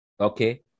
Okay